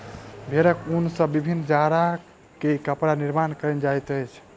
भेड़क ऊन सॅ विभिन्न जाड़ के कपड़ा निर्माण कयल जाइत अछि